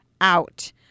out